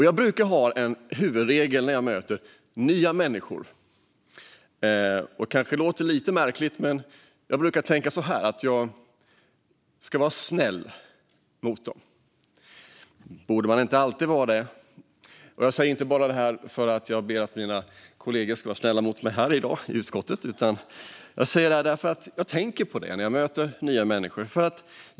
Jag har en huvudregel när jag möter nya människor. Det kanske låter lite märkligt, men jag brukar tänka att jag ska vara snäll mot dem. Borde man inte alltid vara det? Det här säger jag inte bara för att jag vill att mina kollegor i utskottet ska vara snälla mot mig här i dag, utan jag säger det för att jag tänker på det när jag möter nya människor.